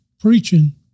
preaching